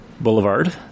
Boulevard